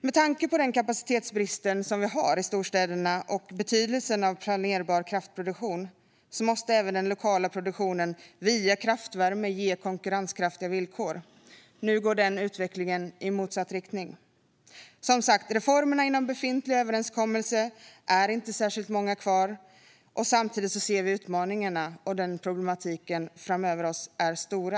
Med tanke på kapacitetsbristen i storstäderna och betydelsen av planerbar kraftproduktion måste även den lokala produktionen via kraftvärme ges konkurrenskraftiga villkor. Nu går den utvecklingen i motsatt riktning. Som sagt, det finns inte särskilt många reformer kvar inom den befintliga överenskommelsen. Samtidigt ser vi att utmaningarna och problemen framöver är stora.